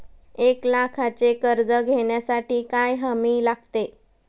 एक लाखाचे कर्ज घेण्यासाठी काय हमी लागते?